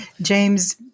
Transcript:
James